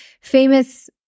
famous